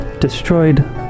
destroyed